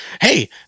Hey